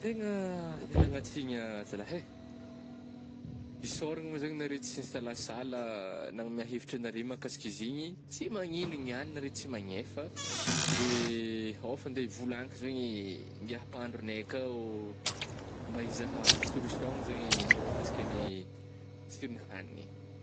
Tegna ialagna tsigny ah zalahy eh! isaoragna mo zany nare tsy nisalasala nagnome hevitra agnare mahakasika izy igny, tsy magninona niagny nare tsy magnefa, de eh ao fa nde ivolagnako zany ngiah mpahandrognay akao mba izaha solution zegny mahakasika ny tsirogn'ny hagniny.